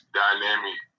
dynamic